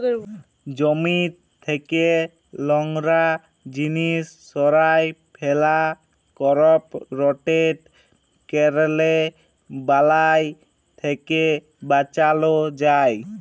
জমি থ্যাকে লংরা জিলিস সঁরায় ফেলা, করপ রটেট ক্যরলে বালাই থ্যাকে বাঁচালো যায়